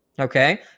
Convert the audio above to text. Okay